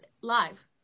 live